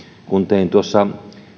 kun tein tuossa